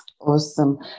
Awesome